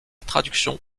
traduction